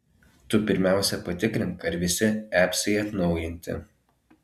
tu pirmiausia patikrink ar visi apsai atnaujinti